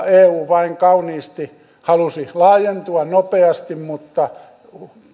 eu vain kauniisti halusi laajentua nopeasti mutta